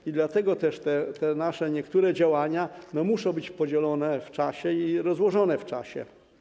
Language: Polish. I dlatego też te nasze niektóre działania muszą być podzielone w czasie i rozłożone w czasie.